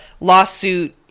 lawsuit